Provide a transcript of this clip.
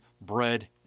bread